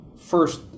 first